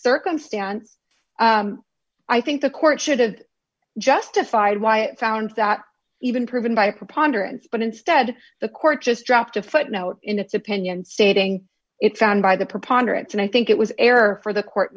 circumstance i think the court should have justified why it found that even proven by preponderance but instead the court just dropped a footnote in its opinion stating it found by the preponderant and i think it was error for the court